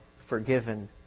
forgiven